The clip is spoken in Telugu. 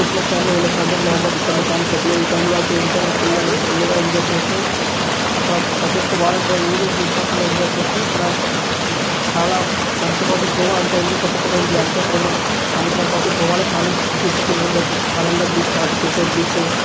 క్రిస్మస్ టైములో వెళ్ళచ్చు అంటే నవంబర్ డిసెంబర్ జాన్ ఫెబ్లో ఈ టైంలో అయితే వెళ్తే అక్కడ ఫుల్ ఫుల్గా ఎంజాయ్ చెయ్యొచ్చు అక్కడ ప్రతి ఒక్క వాటర్ రైడ్ ఏదీ మిస్ కాకుండా ఎంజాయ్ చేయొచ్చు అక్కడ చాలా మంచిగా ఉంది గోవా అంత ఎందుకు ప్రత్యేకమైంది అంటే అక్కడున్న స సముద్రం కావచ్చు గోవాలో చాలా బీచెస్ ఉండడం జరుగుతుంది కాలంగుట్ బీచ్ కావచ్చు వాగాటర్ బీచ్